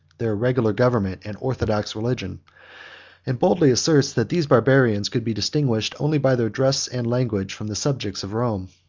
their regular government, and orthodox religion and boldly asserts, that these barbarians could be distinguished only by their dress and language from the subjects of rome.